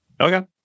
Okay